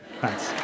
thanks